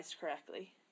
correctly